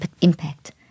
impact